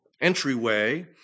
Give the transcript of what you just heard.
entryway